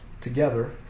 together